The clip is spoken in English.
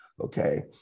Okay